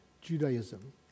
judaism